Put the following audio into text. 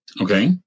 Okay